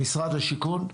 משרד השיכון.